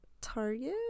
target